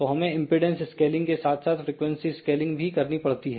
तो हमें impedance scaling के साथ साथ फ्रीक्वेंसी स्केलिंग भी करनी पड़ती है